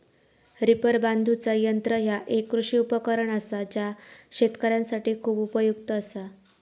reaper बांधुचा यंत्र ह्या एक कृषी उपकरण असा जा शेतकऱ्यांसाठी खूप उपयुक्त असा